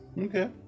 okay